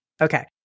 Okay